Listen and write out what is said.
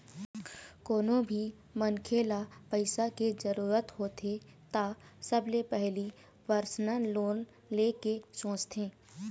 कोनो भी मनखे ल पइसा के जरूरत होथे त सबले पहिली परसनल लोन ले के सोचथे